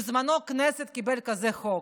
בזמנו הכנסת קיבלה כזה חוק,